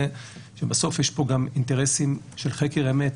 בסוף יש פה גם אינטרסים של חקר האמת